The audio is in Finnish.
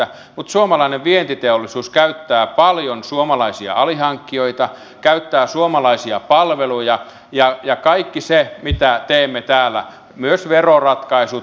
mutta suomalainen vientiteollisuus käyttää paljon suomalaisia alihankkijoita käyttää suomalaisia palveluja ja kaikki se mitä teemme täällä myös veroratkaisut